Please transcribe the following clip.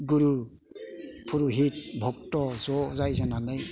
गुरु फुर'हित भक्त' ज' जाय जानानै